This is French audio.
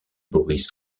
boris